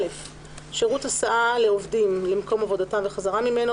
(א)שירות הסעה לעובדים למקום עבודתם וחזרה ממנו,